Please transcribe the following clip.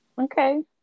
Okay